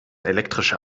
elektrische